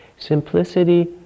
Simplicity